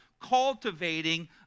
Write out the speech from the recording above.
cultivating